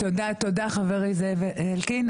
תודה, חברי זאב אלקין.